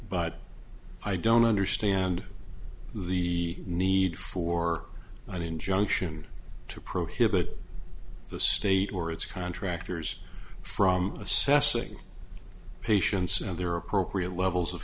but i don't understand the need for an injunction to prohibit the state or its contractors from assessing patients and their appropriate levels of